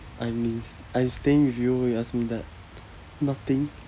I've been I'm staying with you why you ask me that nothing